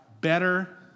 better